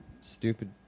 stupid